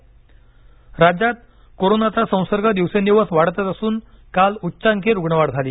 Maharashtra COVID राज्यात कोरोनाचा संसर्ग दिवसेंदिवस वाढतच असून काल उच्चांकी रुग्णवाढ झाली